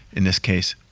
in this case,